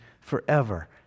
forever